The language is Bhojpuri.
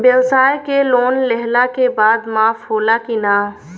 ब्यवसाय के लोन लेहला के बाद माफ़ होला की ना?